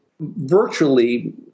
virtually